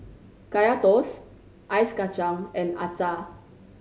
Kaya Toast Ice Kachang and acar